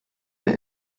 der